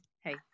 hey